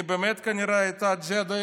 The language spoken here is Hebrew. היא כנראה באמת הייתה ג'דה,